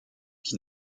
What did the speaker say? qui